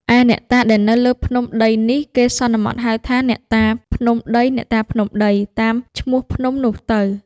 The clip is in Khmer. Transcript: ឯអ្នកតាដែលនៅលើភ្នំដីនេះ គេសន្មតហៅថា “អ្នកតាភ្នំដីៗ” តាមឈ្មោះភ្នំនោះទៅ ។